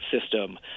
system